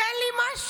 תן לי משהו.